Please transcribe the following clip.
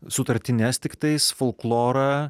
sutartines tiktais folklorą